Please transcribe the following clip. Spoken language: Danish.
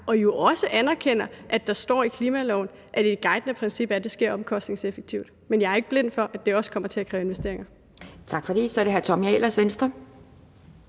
Og jeg anerkender jo også, at der står i klimaloven, at et guidende princip er, at det sker omkostningseffektivt. Men jeg er ikke blind for, at det også kommer til at kræve investeringer. Kl. 12:01 Anden næstformand